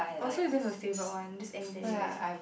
oh so you don't have a favourite one just any Teddy Bear